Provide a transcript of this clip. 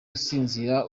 usinzira